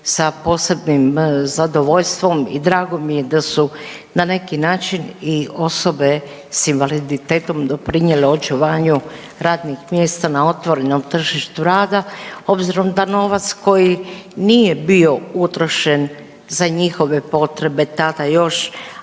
sa posebnim zadovoljstvom i drago mi je da su na neki način i osobe s invaliditetom doprinijele očuvanju radnih mjesta na otvorenom tržištu rada obzirom da novac koji nije bio utrošen za njihove potrebe tada još